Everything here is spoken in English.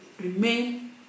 Remain